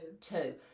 Two